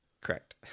Correct